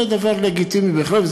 זה דבר לגיטימי בהחלט,